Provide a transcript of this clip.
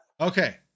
Okay